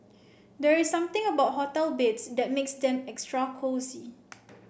there's something about hotel beds that makes them extra cosy